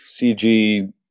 CG